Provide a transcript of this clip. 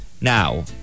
Now